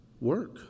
work